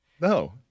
No